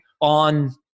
on